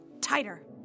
Tighter